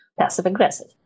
passive-aggressive